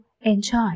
enjoy